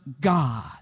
God